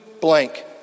blank